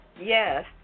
Yes